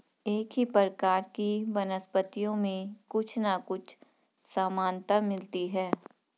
एक ही प्रकार की वनस्पतियों में कुछ ना कुछ समानता मिलती है